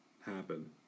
happen